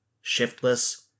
shiftless